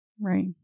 right